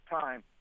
time